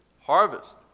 harvest